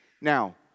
Now